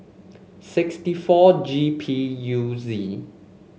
sixty four G P U Z